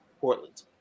Portland